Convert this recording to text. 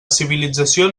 civilització